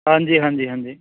ਹਾਂਜੀ ਹਾਂਜੀ ਹਾਂਜੀ